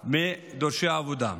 ארבעה בדורשי העבודה.